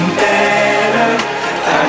better